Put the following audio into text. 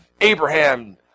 Abraham